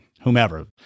whomever